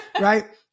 Right